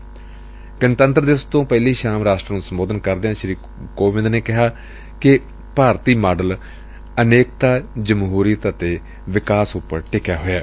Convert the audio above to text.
ਕੱਲੁ ਸ਼ਾਮੀ ਗਣਤੰਤਰ ਦਿਵਸ ਤੋਂ ਪਹਿਲੀ ਸ਼ਾਮ ਰਾਸ਼ਟਰ ਨੂੰ ਸੰਬੋਧਨ ਕਰਦਿਆਂ ਸ੍ਰੀ ਕੋਵਿੰਦ ਨੇ ਕਿਹਾ ਕਿੰ ਭਾਰਤੀ ਮਾਡਲ ਅਨੇਕਤਾ ਜਮਹੁਰੀਅਤ ਅਤੇ ਵਿਕਾਸ ਉਪਰ ਟਿਕਿਆ ਹੋਇਐ